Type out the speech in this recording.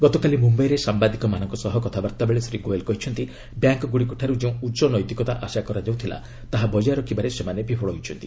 ଗତକାଲି ମୁମ୍ବାଇରେ ସାମ୍ବାଦିକମାନଙ୍କ ସହ କଥାବାର୍ତ୍ତା ବେଳେ ଶ୍ରୀ ଗୋୟଲ୍ କହିଛନ୍ତି ବ୍ୟାଙ୍କଗୁଡ଼ିକଠାରୁ ଯେଉଁ ଉଚ୍ଚ ନୈତିକତା ଆଶା କରାଯାଉଥିଲା ତାହା ବଜାୟ ରଖିବାରେ ସେମାନେ ବିଫଳ ହୋଇଛନ୍ତି